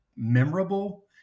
Memorable